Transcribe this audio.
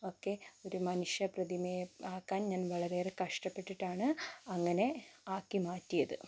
ഒക്കെ ഒരു മനുഷ്യ പ്രതിമയെ ആക്കാൻ ഞാൻ വളരെയേറെ കഷ്ടപ്പെട്ടിട്ടാണ് അങ്ങനെ ആക്കി മാറ്റിയത്